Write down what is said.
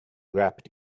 wrapped